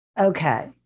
Okay